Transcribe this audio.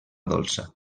dolça